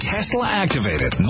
Tesla-activated